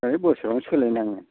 ओमफ्राय बोसोरावनो सोलायनाङो